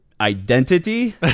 identity